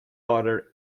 daughter